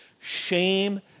shame